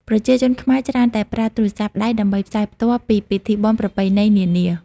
ប្រជាជនខ្មែរច្រើនតែប្រើទូរស័ព្ទដៃដើម្បីផ្សាយផ្ទាល់ ពីពិធីបុណ្យប្រពៃណីនានា។